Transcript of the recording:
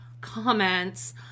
comments